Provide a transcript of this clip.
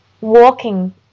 walking